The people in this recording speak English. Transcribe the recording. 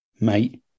mate